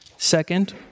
Second